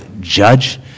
judge